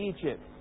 Egypt